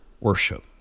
worship